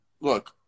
look